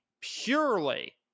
purely